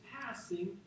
passing